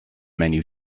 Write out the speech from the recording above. menu